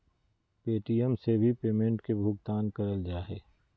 Paytm से भी payment के भुगतान करल जा हय